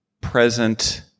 present